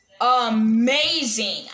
amazing